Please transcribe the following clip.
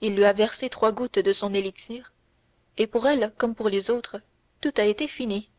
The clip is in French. il lui a versé trois gouttes de son élixir et pour elle comme pour les autres tout a été fini